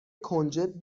کنجد